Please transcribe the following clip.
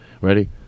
Ready